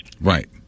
Right